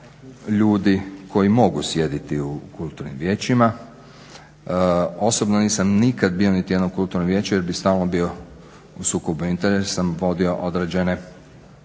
ljudi koji mogu sjediti u kulturnim vijećima. Osobno nisam nikada bio niti u jednom kulturnom vijeću jer bih stalno bio u sukobu interesa, vodio određene